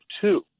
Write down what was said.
two